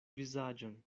vizaĝon